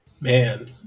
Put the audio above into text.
Man